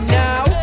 now